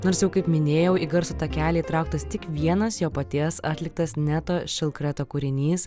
nors jau kaip minėjau į garso takelį įtrauktas tik vienas jo paties atliktas atliktas kūrinys